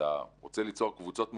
אתה רוצה ליצור קבוצות מובחנות,